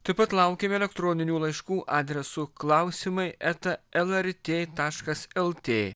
taip pat laukiame elektroninių laiškų adresu klausimai eta lrt taškas lt